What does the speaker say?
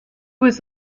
was